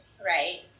right